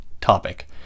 topic